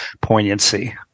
poignancy